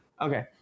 Okay